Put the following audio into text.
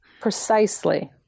Precisely